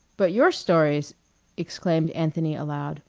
but your stories exclaimed anthony aloud,